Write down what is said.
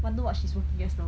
wonder what she's working as now